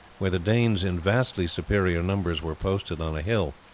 where the danes in vastly superior numbers were posted on a hill.